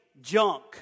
junk